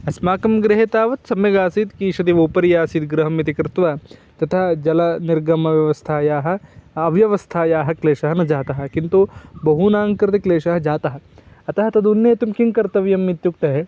अस्माकं गृहे तावत् सम्यगासीत् ईषदिव उपरि आसीत् गृहमिति कृत्वा तथा जलनिर्गमव्यवस्थायाः अव्यवस्थायाः क्लेशः न जातः किन्तु बहूनां कृते क्लेशः जातः अतः तदुन्नेतुं किं कर्तव्यम् इत्युक्ते